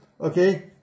Okay